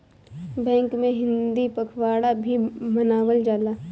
bank में हिंदी पखवाड़ा भी मनावल जाला